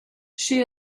she